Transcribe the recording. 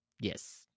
yes